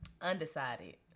Undecided